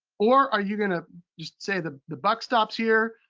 or are you gonna just say, the the buck stops here.